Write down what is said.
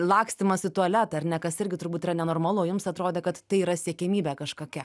lakstymas į tualetą ar ne kas irgi turbūt yra nenormalu jums atrodė kad tai yra siekiamybė kažkokia